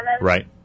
Right